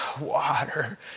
water